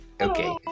Okay